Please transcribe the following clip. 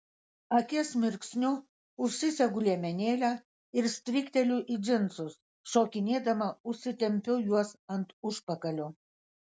akies mirksniu užsisegu liemenėlę ir strykteliu į džinsus šokinėdama užsitempiu juos ant užpakalio